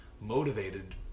motivated